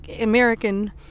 American